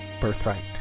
Birthright